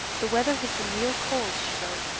the weather has been real cold, she wrote,